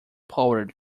powered